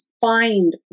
find